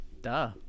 Duh